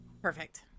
Perfect